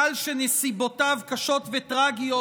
גל שנסיבותיו קשות וטרגיות,